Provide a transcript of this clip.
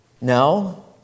No